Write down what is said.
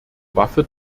waffe